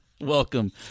Welcome